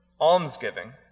almsgiving